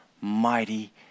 mighty